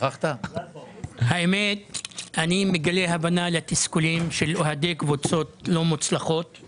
אני מבקשת שאלה ליועצת המשפטית לגבי החוקיות של הדיון הזה.